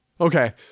Okay